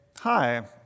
Hi